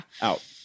Out